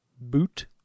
boot